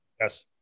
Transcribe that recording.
Yes